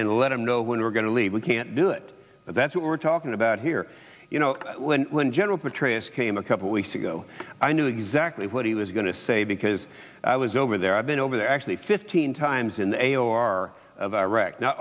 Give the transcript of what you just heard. and let him know when we're going to leave we can't do it that's what we're talking about here you know when when general petraeus came a couple weeks ago i knew exactly what he was going to say because i was over there i've been over there actually fifteen times in a are of iraq not